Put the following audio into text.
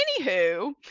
Anywho